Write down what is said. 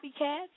copycats